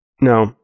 No